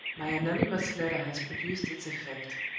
my anonymous letter has produced its effect.